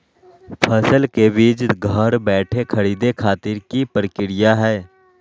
फसल के बीज घर बैठे खरीदे खातिर की प्रक्रिया हय?